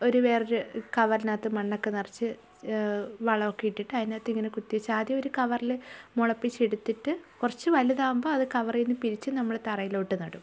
ഒരു വേറൊരു കവറിനകത്ത് മണ്ണൊക്കെ നിറച്ച് വളം ഒക്കെ ഇട്ടിട്ട് അതിനകത്ത് ഇങ്ങനെ കുത്തി വെച്ച് ആദ്യം ഒരു കവറിൽ മുളപ്പിച്ചെടുത്തിട്ട് കുറച്ച് വലുതാകുമ്പോൾ അത് കവറിൽ നിന്ന് പിരിച്ച് നമ്മൾ തറയിലോട്ട് നടും